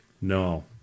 No